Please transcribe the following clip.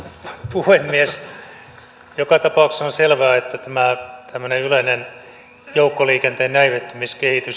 puhemies joka tapauksessa on selvää että tämmöinen yleinen joukkoliikenteen näivettymiskehitys